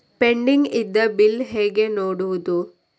Pending ಇದ್ದ bill ಹೇಗೆ ನೋಡುವುದು?